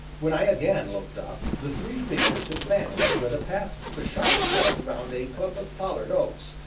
when i again looked up, the three figures had vanished where the path took a sharp bend round a clump of pollard oaks,